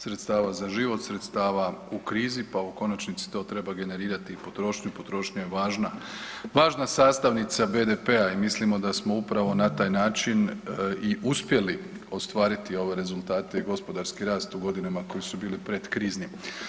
Sredstava za život, sredstava u krizi pa u konačnici to treba generirati i potrošnju, potrošnja je važna, važna sastavnica BDP-a i mislimo da smo upravo na taj način i uspjeli ostvariti ove rezultate i gospodarski rast u godinama koje su bile predkriznim.